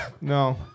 no